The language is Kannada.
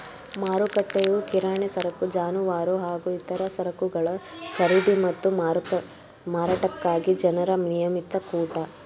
ಮಾರುಕಟ್ಟೆಯು ಕಿರಾಣಿ ಸರಕು ಜಾನುವಾರು ಹಾಗೂ ಇತರ ಸರಕುಗಳ ಖರೀದಿ ಮತ್ತು ಮಾರಾಟಕ್ಕಾಗಿ ಜನರ ನಿಯಮಿತ ಕೂಟ